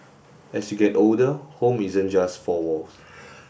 as you get older home isn't just four walls